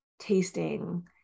tasting